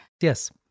Yes